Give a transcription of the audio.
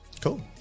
cool